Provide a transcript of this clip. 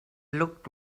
looked